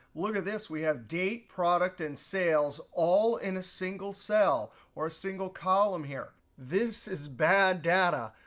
look at this. we have date, product, and sales all in a single cell or a single column here. this is bad data.